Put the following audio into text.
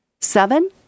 Seven